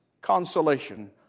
consolation